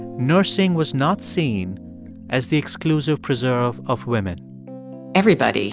nursing was not seen as the exclusive preserve of women everybody